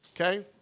Okay